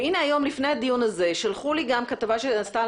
והנה היום לפני הדיון הזה שלחו לי גם כתבה שנעשתה